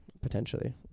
potentially